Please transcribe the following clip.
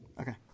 Okay